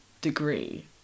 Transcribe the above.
degree